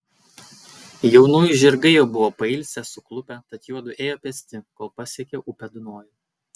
jaunųjų žirgai jau buvo pailsę suklupę tad juodu ėjo pėsti kol pasiekė upę dunojų